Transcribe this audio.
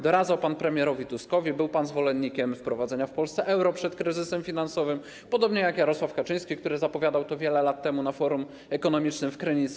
Doradzał pan premierowi Tuskowi, był pan zwolennikiem wprowadzenia w Polsce euro przed kryzysem finansowym, podobnie jak Jarosław Kaczyński, który zapowiadał to wiele lat temu na Forum Ekonomicznym w Krynicy.